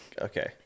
Okay